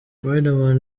riderman